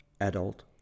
adult